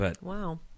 Wow